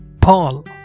paul